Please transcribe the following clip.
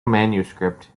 manuscript